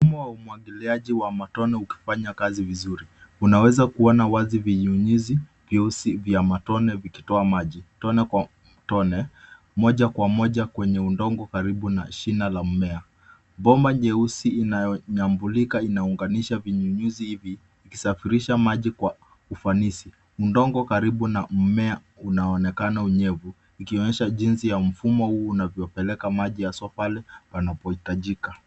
Mfumo wa umwagiliaji wa matone ukifanya kazi vizuri. Unaweza kuona wazi vinyunyizi vyeusi vya matone vikitoa maji, tone kwa tone, moja kwa moja kwenye udongo karibu na shina la mmea. Bomba nyeusi inayonyambulika inaunganisha vinyunyizi hivi, vikisafirisha maji kwa ufanisi. Udongo karibu na mmea unaonekana unyevu, ikionyesha jinsi ya mfumo huu unavyopeleka maji, haswa pale panapohitajika.